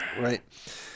right